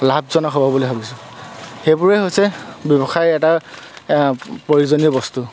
লাভজনক হ'ব বুলি ভাবিছোঁ সেইবোৰে হৈছে ব্যৱসায়ৰ এটা প্ৰয়োজনীয় বস্তু